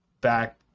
back